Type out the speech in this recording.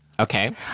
Okay